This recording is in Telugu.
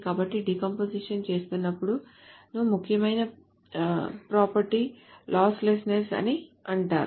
కాబట్టి డీకంపోజిషన్ చేసినప్పుడు డీకంపోజిషన్ ను ముఖ్యమైన ప్రాపర్టీ లాస్లెస్నెస్ అని అంటారు